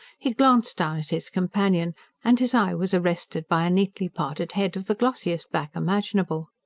he glanced down at his companion and his eye was arrested by a neatly parted head, of the glossiest black imaginable.